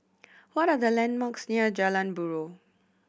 what are the landmarks near Jalan Buroh